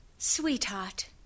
Sweetheart